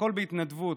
והכול בהתנדבות,